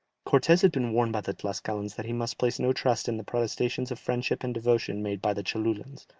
cortes had been warned by the tlascalans that he must place no trust in the protestations of friendship and devotion made by the cholulans.